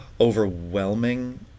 overwhelming